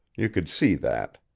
you could see that.